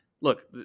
Look